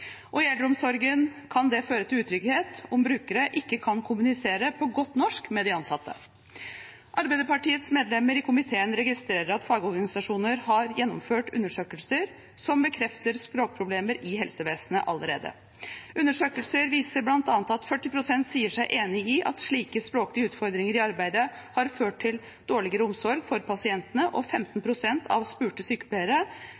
Og i eldreomsorgen kan det føre til utrygghet om brukere ikke kan kommunisere på godt norsk med de ansatte. Arbeiderpartiets medlemmer i komiteen registrerer at fagorganisasjoner har gjennomført undersøkelser som bekrefter språkproblemer i helsevesenet allerede. Undersøkelsene viser bl.a. at 40 pst. sier seg enig i at slike språklige utfordringer i arbeidet har ført til dårligere omsorg for pasientene, og 15